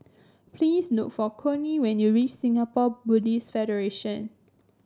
please look for Connie when you reach Singapore Buddhist Federation